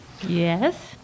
Yes